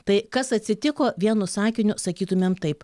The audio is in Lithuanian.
tai kas atsitiko vienu sakiniu sakytumėm taip